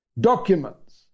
documents